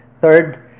Third